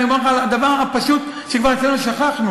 אומר לך עליו דבר פשוט שכבר כמעט שכחנו: